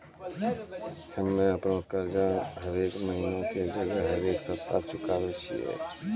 हम्मे अपनो कर्जा हरेक महिना के जगह हरेक सप्ताह चुकाबै छियै